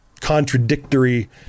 contradictory